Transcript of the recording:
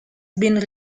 been